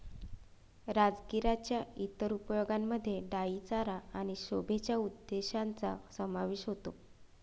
राजगिराच्या इतर उपयोगांमध्ये डाई चारा आणि शोभेच्या उद्देशांचा समावेश होतो